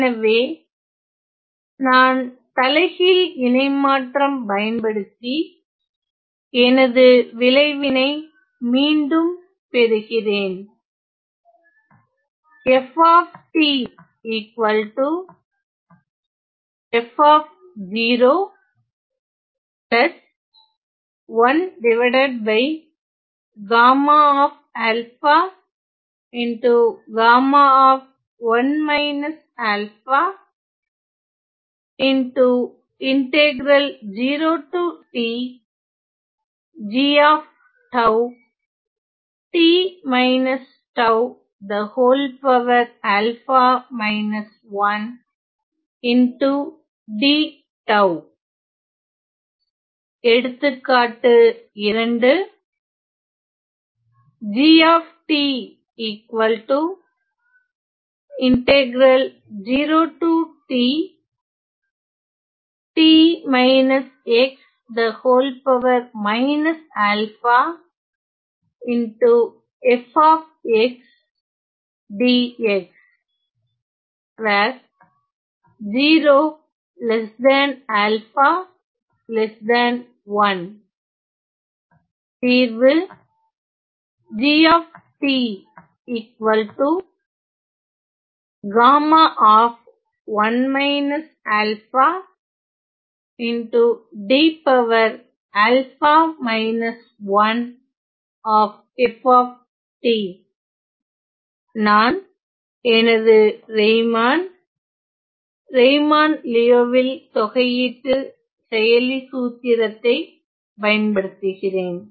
எனவே நான் தலைகீழ் இணைமாற்றம் பயன்படுத்தி எனது விளைவினை மீண்டும் பெறுகிறேன் எடுத்துக்காட்டு 2 தீர்வு நான் எனது ரெய்மான் ரெய்மான் லியோவில் தொகையீட்டு செயலி சூத்திரத்தை பயன்படுத்துகிறேன்